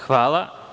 Hvala.